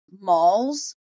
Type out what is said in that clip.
malls